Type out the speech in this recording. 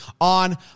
on